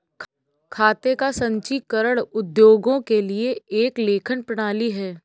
खाते का संचीकरण उद्योगों के लिए एक लेखन प्रणाली है